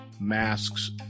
masks